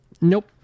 nope